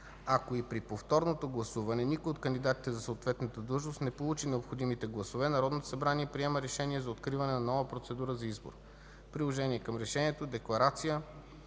Ако и при повторното гласуване никой от кандидатите за съответната длъжност не получи необходимите гласове, Народното събрание приема решение за откриване на нова процедура за избор. Приложение към Решението ДЕКЛАРАЦИЯ